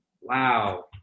Wow